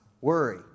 worry